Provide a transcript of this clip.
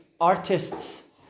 artists